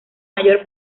mayor